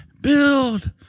Build